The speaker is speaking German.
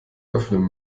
öffnen